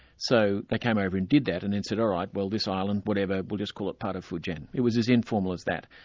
so they came over and did that, and then said, all right, well this island, whatever, we'll just call it part of fujin. it was as informal as that.